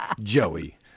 Joey